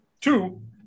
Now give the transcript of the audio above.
Two